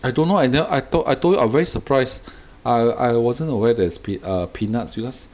I don't know I nev~ I told I told you I very surprise I I wasn't aware there's pe~ uh peanuts because